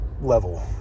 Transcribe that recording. level